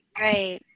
right